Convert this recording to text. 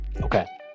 Okay